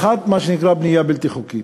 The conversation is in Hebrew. האחת, מה שנקרא בנייה בלתי חוקית.